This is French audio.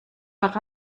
par